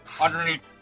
underneath